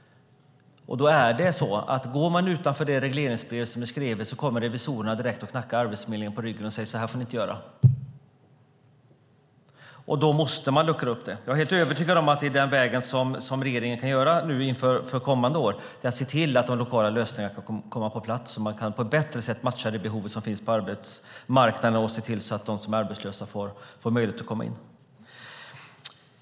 Går man utanför det regleringsbrev som är skrivet kommer revisorerna direkt och knackar Arbetsförmedlingen på ryggen och säger att så här får ni inte göra. Då måste man luckra upp det. Jag är helt övertygad om att det är den vägen som regeringen kan gå inför kommande år för att se till att de lokala lösningarna kan komma på plats så att man på ett bättre sätt kan matcha de behov som finns på arbetsmarknaden och se till att de som är arbetslösa får möjlighet att komma in.